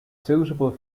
suitable